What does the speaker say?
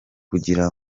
kugira